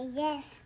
yes